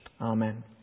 Amen